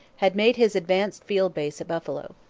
had made his advanced field base at buffalo.